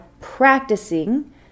practicing